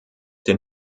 den